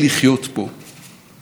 אבל יש חור בטנק הדלק,